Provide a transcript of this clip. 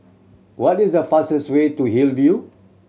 what is the fastest way to Hillview